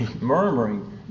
murmuring